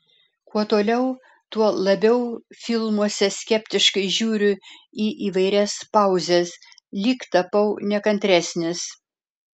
kuo toliau tuo labiau filmuose skeptiškai žiūriu į įvairias pauzes lyg tapau nekantresnis